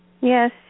Yes